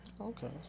Okay